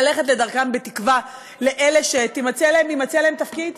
ללכת לדרכם בתקווה, לאלה שיימצא להם תפקיד?